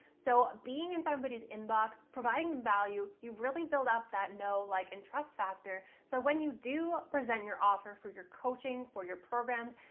so being in somebody's inbox providing value, you really built up that know, like and trust factor. so when you do present your offer for your coaching, for your programs,